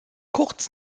kurz